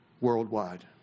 worldwide